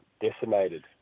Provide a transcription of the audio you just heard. decimated